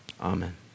Amen